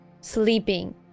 Sleeping